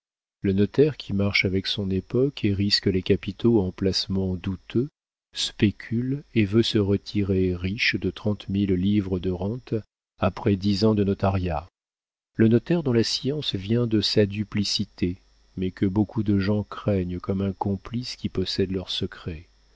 le notaire qui marche avec son époque et risque les capitaux en placements douteux spécule et veut se retirer riche de trente mille livres de rente après dix ans de notariat le notaire dont la science vient de sa duplicité mais que beaucoup de gens craignent comme un complice qui possède leurs secrets